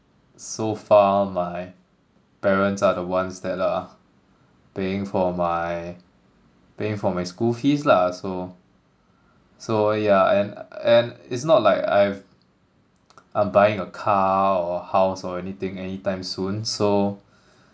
so far my parents are the ones that are paying for my paying for my school fees lah so so yeah and and it's not like I've I'm buying a car or house or anything anytime soon so